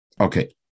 Okay